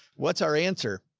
what's our answer?